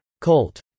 Colt